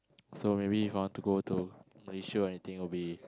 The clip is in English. so maybe If I want to go to Malaysia or anything will be